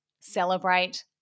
Celebrate